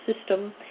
system